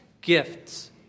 gifts